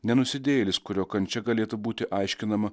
ne nusidėjėlis kurio kančia galėtų būti aiškinama